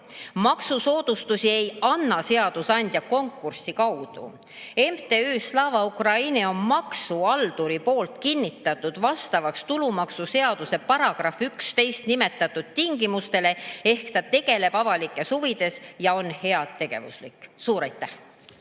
Maksusoodustusi ei sea seadusandja konkursi kaudu. MTÜ Slava Ukraini on maksuhalduri poolt kinnitatud vastavaks tulumaksuseaduse §-s 11 nimetatud tingimustel, ehk ta tegutseb avalikes huvides ja on heategevuslik." Suur